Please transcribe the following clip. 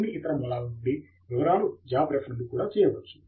కొన్ని ఇతర మూలముల నుండి వివరాలు జాబ్ రెఫ్ నుండి కూడా చేయవచ్చు